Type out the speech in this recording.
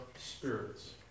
spirits